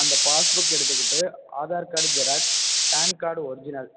அந்த passbook எடுத்துக்கிட்டு Aadhaar card Xerox PAN card original